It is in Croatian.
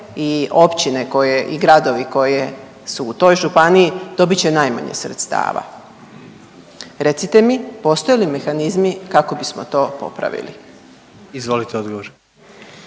i općine koje i gradovi koji su u toj županiji dobit će najmanje sredstava. Recite mi postoje li mehanizmi kako bismo to popravili? **Jandroković,